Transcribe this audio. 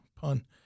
pun